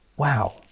wow